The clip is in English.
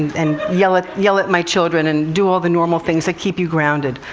and yell at yell at my children, and do all the normal things that keep you grounded.